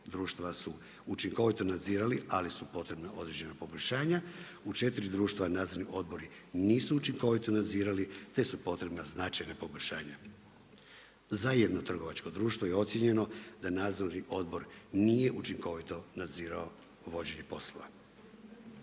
društava su učinkovito nadzirali ali su potrebna određena poboljšanja. U 4 društva nadzorni odbori nisu učinkovito nadzirali, te su potrebna značajna poboljšanja. Za jedno trgovačko društvo je ocijenjeno da Nadzorni odbor nije učinkovito nadzirao vođenje postupka.